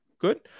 good